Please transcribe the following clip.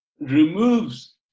removes